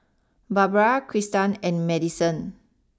Barbra Kristan and Madisen